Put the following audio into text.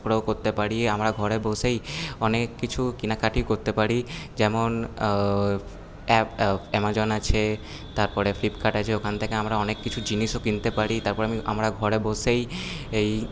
করতে পারি আমরা ঘরে বসেই অনেক কিছু কেনা কাটি করতে পারি যেমন অ্যামাজন আছে তারপরে ফ্লিপকার্ট আছে ওখান থেকে আমরা অনেক কিছু জিনিসও কিনতে পারি তারপরে আমি আমরা ঘরে বসেই এই